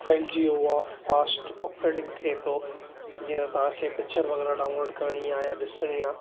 फैलिजी वियो आहे fast operating थिए थो जीअं तव्हांखे पिचर वग़ैरह डाउनलोड करिणी आहे या ॾिसणी आहे